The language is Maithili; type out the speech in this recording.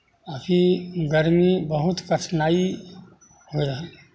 अभी गरमी बहुत कठिनाइ होय रहल